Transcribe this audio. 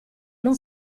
non